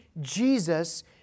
Jesus